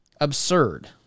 absurd